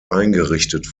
eingerichtet